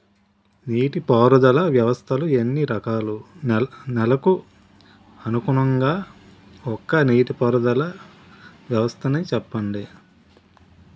నీటి పారుదల వ్యవస్థలు ఎన్ని రకాలు? నెలకు అనుగుణంగా ఒక్కో నీటిపారుదల వ్వస్థ నీ చెప్పండి?